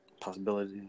possibility